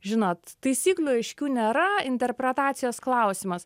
žinot taisyklių aiškių nėra interpretacijos klausimas